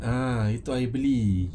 ah itu I beli